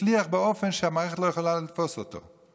שהצליח באופן שהמערכת לא יכולה לתפוס אותו.